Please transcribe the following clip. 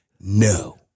No